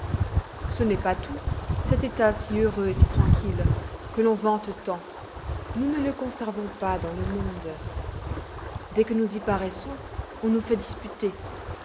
ce n'est pas tout cet état si heureux et si tranquille que l'on vante tant nous ne le conservons pas dans le monde dès que nous y paroissons on nous fait disputer